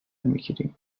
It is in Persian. میگیریم